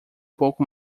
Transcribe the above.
pouco